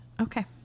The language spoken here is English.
Okay